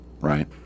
right